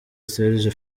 serge